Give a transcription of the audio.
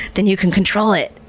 then you can control it.